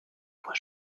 fois